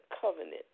covenant